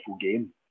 game